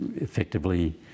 effectively